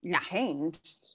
changed